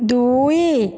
ଦୁଇ